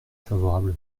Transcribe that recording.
favorable